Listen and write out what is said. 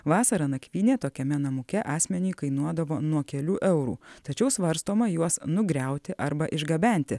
vasarą nakvynė tokiame namuke asmeniui kainuodavo nuo kelių eurų tačiau svarstoma juos nugriauti arba išgabenti